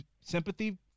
sympathy